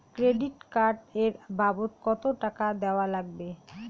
Credit card এর বাবদ কতো টাকা দেওয়া লাগবে?